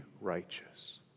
righteous